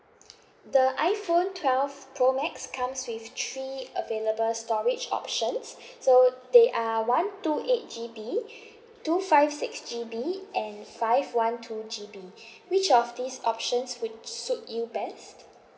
the iphone twelve pro max comes with three available storage options so they are one two eight G_B two five six G_B and five one two G_B which of these options would suit you best